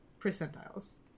percentiles